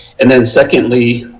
and then secondly